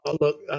look